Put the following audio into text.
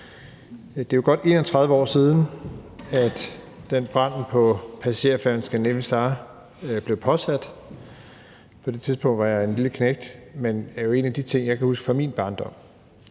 Det er jo godt 31 år siden, at den brand på passagerfærgen »Scandinavian Star« blev påsat. På det tidspunkt var jeg en lille knægt, men det er en af de ting, jeg kan huske fra min barndom,